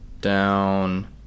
down